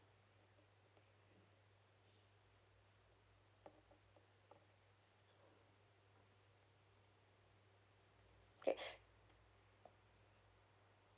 okay